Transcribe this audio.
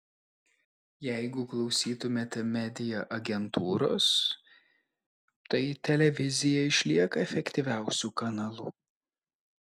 jeigu klausytumėte media agentūros tai televizija išlieka efektyviausiu kanalu